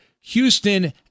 Houston